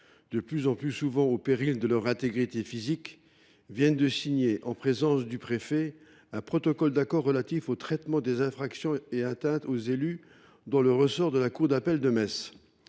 de plus en plus souvent au péril de leur intégrité physique, viennent de signer, avec le préfet du département, un protocole relatif au traitement des infractions et atteintes faites aux élus dans le ressort de la cour d’appel de Metz.